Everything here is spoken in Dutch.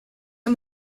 een